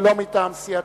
ולא מטעם סיעתו.